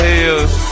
Hills